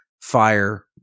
fire